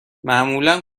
معمولا